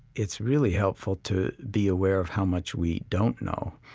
it's really helpful to be aware of how much we don't know.